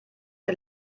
der